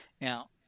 now